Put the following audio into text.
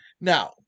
Now